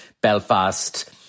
Belfast